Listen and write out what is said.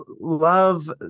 love